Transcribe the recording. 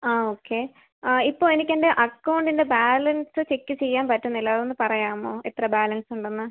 ആ ഓക്കെ ആ ഇപ്പോൾ എനിക്ക് എൻ്റെ അക്കൗണ്ടിൻ്റെ ബാലൻസ് ചെക്ക് ചെയ്യാൻ പറ്റുന്നില്ല അത് ഒന്ന് പറയാമോ എത്ര ബാലൻസ് ഉണ്ടെന്ന്